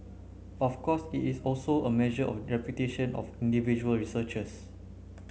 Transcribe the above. of course it is also a measure of reputation of individual researchers